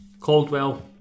Caldwell